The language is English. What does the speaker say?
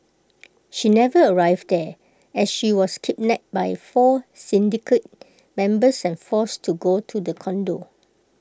she never arrived there as she was kidnapped by four syndicate members and forced to go to the condo